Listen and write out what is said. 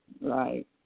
Right